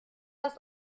das